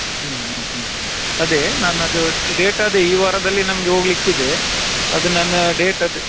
ಹ್ಞೂ ಹ್ಞೂ ಹ್ಞೂ ಅದೇ ನಾನು ಅದು ಡೇಟ್ ಅದೇ ಈ ವಾರದಲ್ಲಿ ನಮಗೆ ಹೋಗ್ಲಿಕ್ಕಿದೆ ಅದು ನಾನು ಡೇಟ್ ಅದು